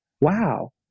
Wow